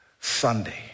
Sunday